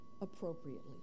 appropriately